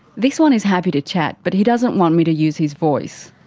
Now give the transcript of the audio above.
this one is happy to chat but he doesn't want me to use his voice.